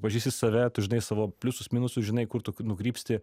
pažįsti save tu žinai savo pliusus minusus žinai kur tu nukrypsti